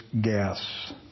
gas